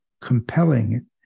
compelling